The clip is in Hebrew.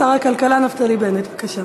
שר הכלכלה נפתלי בנט, בבקשה.